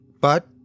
But